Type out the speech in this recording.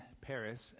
Paris